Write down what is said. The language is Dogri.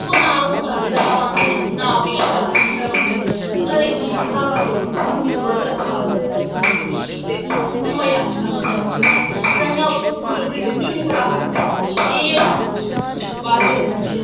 उत्थूं ना ओह् मसाले ज्यादा पांदे ना ओह् किश ज्यादा एक्सट्रां पांदे मतलब हर इक चीज स्हाबै सिर होंदी मिगी बड़ा गैै स्बाद लगदा उत्थुंदा ते मजा आई जंदा खाने दा ताइयो उत्थे उलरदी जनी होनी फटाफट ठीक ऐ फिह् बाद च मिलगे